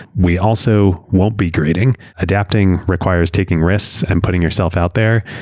we also won't be grading, adapting requires taking risks and putting yourself out there,